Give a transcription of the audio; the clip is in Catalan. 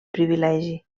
privilegi